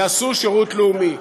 יעשו שירות לאומי.